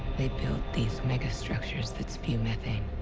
they built these megastructures that spew methane,